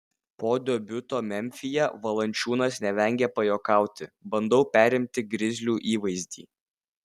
po debiuto memfyje valančiūnas nevengė pajuokauti bandau perimti grizlių įvaizdį